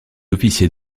officier